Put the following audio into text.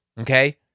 okay